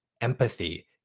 empathy